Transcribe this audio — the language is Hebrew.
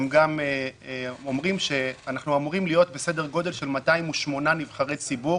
הם גם אומרים שאנחנו אמורים להיות בסדר גודל של 208 נבחרי ציבור,